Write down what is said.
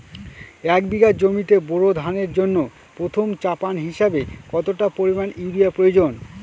এক বিঘা জমিতে বোরো ধানের জন্য প্রথম চাপান হিসাবে কতটা পরিমাণ ইউরিয়া প্রয়োজন?